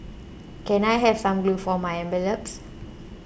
can I have some glue for my envelopes